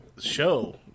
show